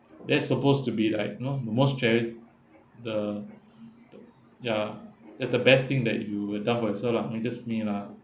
that is supposed to be like you know the most cherished the ya that's the best thing that you will doubt my answer lah I mean just me lah